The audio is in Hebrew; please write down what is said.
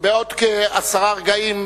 בעוד כעשרה רגעים,